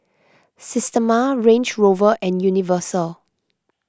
Systema Range Rover and Universal